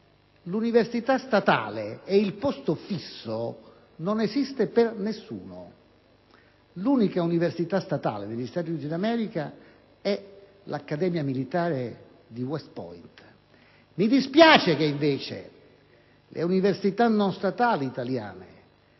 l'università statale e il posto fisso non esiste per nessuno. L'unica università statale negli Stati Uniti d'America è l'Accademia militare di West Point. Mi dispiace che invece le università non statali italiane